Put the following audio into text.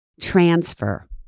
transfer